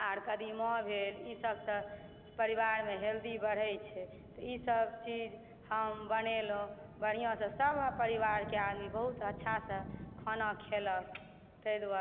आर कदीमा भेल ई सब सऽ परिवारमे हेल्दी बढ़ै छै तऽ ई सब चीज हम बनेलहुॅं बढ़िऑं सऽ सब परिवार के आदमी बहुत अच्छा सऽ खाना खेलक तहि